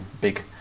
big